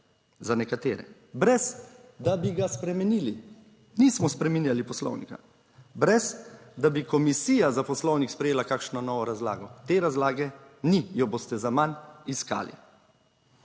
za nekatere brez, da bi ga spremenili, nismo spreminjali poslovnika. Brez, da bi Komisija za poslovnik sprejela kakšno novo razlago. Te razlage ni, jo boste zaman iskali.